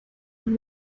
dem